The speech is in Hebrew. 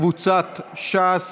קבוצת סיעת ש"ס,